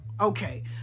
Okay